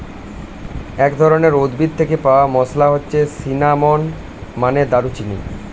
এক ধরনের উদ্ভিদ থেকে পাওয়া মসলা হচ্ছে সিনামন, মানে দারুচিনি